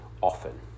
often